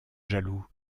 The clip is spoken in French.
jaloux